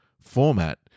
format